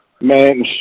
man